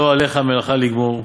לא עליך המלאכה לגמור,